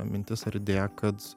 mintis ar idėja kad